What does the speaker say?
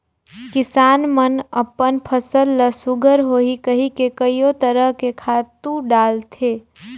किसान मन अपन फसल ल सुग्घर होही कहिके कयो तरह के खातू डालथे